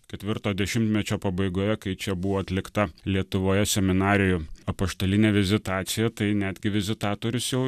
ketvirto dešimtmečio pabaigoje kai čia buvo atlikta lietuvoje seminarijoj apaštalinė vizitacija tai netgi vizitatorius jau